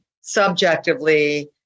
subjectively